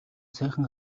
сайхан